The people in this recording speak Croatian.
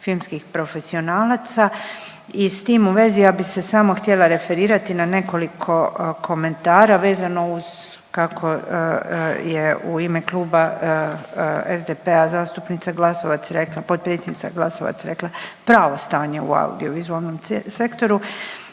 filmskih profesionalaca i s tim u vezi ja bi se samo htjela referirati na nekoliko komentara vezano uz, kako je u ime kluba SDP-a zastupnica Glasovac rekla, potpredsjednica Glasovac rekla. Pravo stanje u audio vizualnom sektoru.